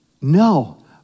no